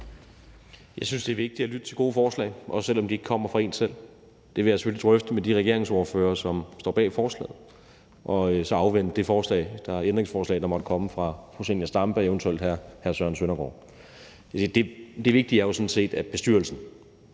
Jeg synes, det er vigtigt at lytte til gode forslag, også selv om de ikke kommer fra en selv. Det vil jeg selvfølgelig drøfte med de regeringsordførere, som står bag forslaget, og så afvente det ændringsforslag, der måtte komme fra fru Zenia Stampe og eventuelt hr. Søren Søndergaard. Det vigtige er jo sådan set, at bestyrelsen